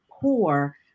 poor